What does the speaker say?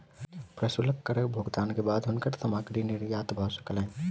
प्रशुल्क करक भुगतान के बाद हुनकर सामग्री निर्यात भ सकलैन